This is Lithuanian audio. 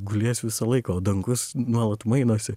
gulės visą laiką o dangus nuolat mainosi